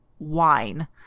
wine